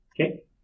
Okay